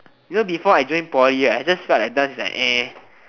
you know before I join poly right I just felt that dance was like